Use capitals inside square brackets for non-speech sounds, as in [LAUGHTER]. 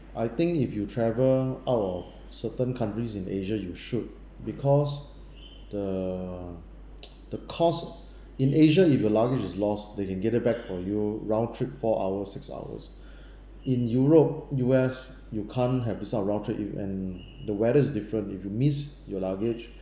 I think if you travel out of certain countries in asia you should because the [NOISE] the cost in asia if your luggage is lost they can get it back for you round trip four hours six hours [BREATH] in europe U_S you can't have this kind of round trip you and the weather is different if you missed your luggage [BREATH]